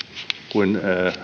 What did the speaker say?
kuin